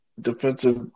defensive